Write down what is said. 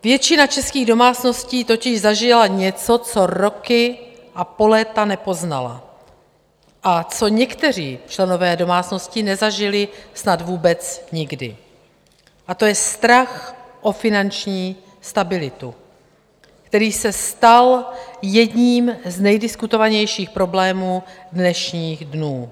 Většina českých domácností totiž zažila něco, co roky a po léta nepoznala a co někteří členové domácností nezažili snad vůbec nikdy, a to je strach o finanční stabilitu, který se stal jedním z nejdiskutovanějších problémů dnešních dnů.